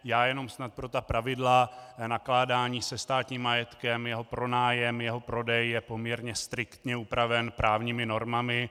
Já jenom snad pravidla pro nakládání se státním majetkem, jeho pronájem, jeho prodej jsou poměrně striktně upravena právními normami.